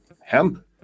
hemp